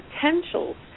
potentials